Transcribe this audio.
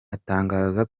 atangaza